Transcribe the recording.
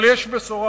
אבל יש בשורה,